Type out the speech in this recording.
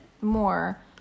more